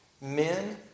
men